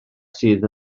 sydd